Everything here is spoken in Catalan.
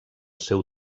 seu